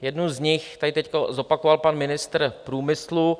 Jednu z nich tady teď zopakoval pan ministr průmyslu.